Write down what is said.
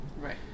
Right